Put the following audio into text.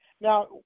Now